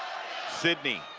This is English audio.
sidney,